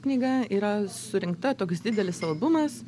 knyga yra surinkta toks didelis albumas